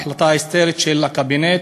ההחלטה ההיסטרית של הקבינט,